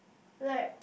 like